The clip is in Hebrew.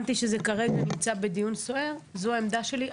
הבנתי שזה כרגע בדיון סוער אבל זאת העמדה שלי.